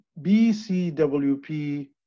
BCWP